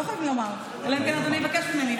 לא חייבים לומר, אלא אם כן אדוני יבקש ממני.